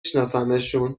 شناسمشون